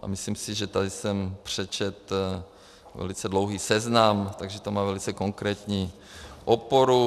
A myslím si, že tady jsem přečetl velice dlouhý seznam, takže to má velice konkrétní oporu.